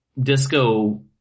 disco